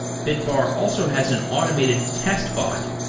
bitbar also has an automated test bot,